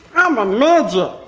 i'm a midget.